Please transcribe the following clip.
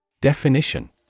Definition